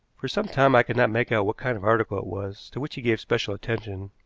for some time i could not make out what kind of article it was to which he gave special attention,